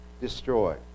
destroy